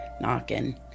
knocking